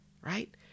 right